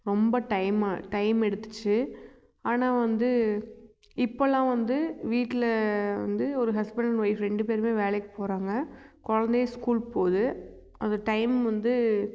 ரொம்ப டைம்மாக டைம் எடுத்துச்சு ஆனால் வந்து இப்போல்லாம் வந்து வீட்டில் வந்து ஒரு ஹஸ்பண்ட் அண்ட் ஒய்ஃப் ரெண்டு பேருமே வேலைக்கு போகிறாங்க குழந்தையும் ஸ்கூலுக்கு போகுது அந்த டைம் வந்து